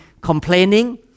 complaining